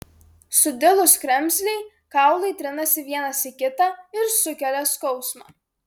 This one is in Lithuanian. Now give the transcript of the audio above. sudilus kremzlei kaulai trinasi vienas į kitą ir sukelia skausmą